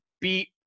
beat